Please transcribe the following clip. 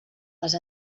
les